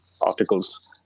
articles